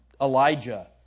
Elijah